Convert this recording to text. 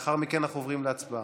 ולאחר מכן אנחנו עוברים להצבעה.